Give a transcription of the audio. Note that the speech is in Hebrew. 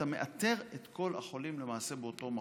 אתה מאתר למעשה את כל החולים באותו מחוז.